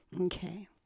Okay